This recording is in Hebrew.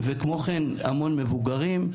וכמו כן המון מבוגרים.